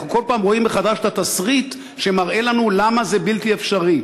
אנחנו כל פעם רואים מחדש את התסריט שמראה לנו למה זה בלתי אפשרי.